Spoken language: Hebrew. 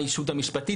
ספציפית